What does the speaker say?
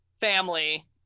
family